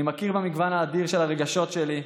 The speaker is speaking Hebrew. אני מכיר במגוון האדיר של הרגשות שלי,